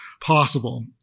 possible